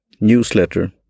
newsletter